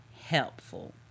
helpful